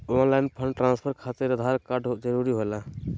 Online fund transfer खातिर Aadhaar card जरूरी होला?